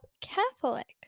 Catholic